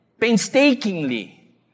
painstakingly